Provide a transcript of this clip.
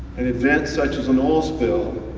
an event such as an oil spill,